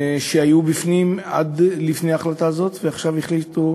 היו בפנים עד לפני ההחלטה הזאת, ועכשיו החליטו